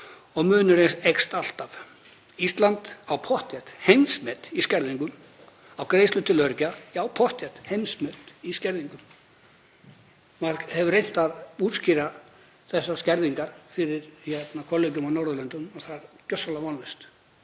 og munurinn eykst alltaf. Ísland á pottþétt heimsmet í skerðingum á greiðslum til öryrkja. Já, pottþétt heimsmet í skerðingum. Maður hefur reynt að útskýra þessar skerðingar fyrir kollegum á Norðurlöndunum og það er gjörsamlega vonlaust